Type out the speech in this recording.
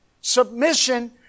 Submission